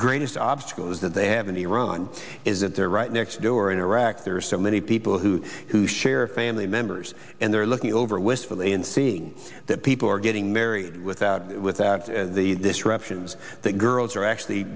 greatest obstacle is that they have in iran is that they're right next door in iraq there are so many people who who share family members and they're looking over wistfully and seeing that people are getting married without without the disruptions that girls are actually